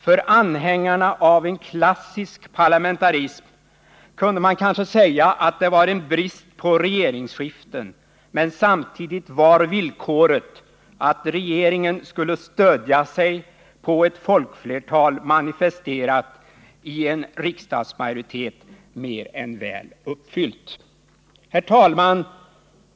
För anhängarna av en klassisk parlamentarism kunde man kanske säga att det var en brist på regeringsskiften, men samtidigt var villkoret att regeringen skulle stödja sig på ett folkflertal manifesterat i en riksdagsmajoritet mer än väl uppfyllt. Herr talman!